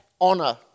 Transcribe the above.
honor